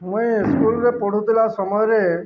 ମୁଇଁ ସ୍କୁଲରେ ପଢ଼ୁଥିଲା ସମୟରେ